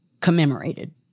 commemorated